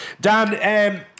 Dan